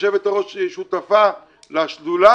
ויושבת הראש שותפה לשדולה